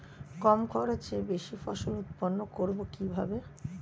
কম খরচে বেশি ফসল উৎপন্ন করব কিভাবে?